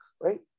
right